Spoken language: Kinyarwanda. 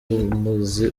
umuzi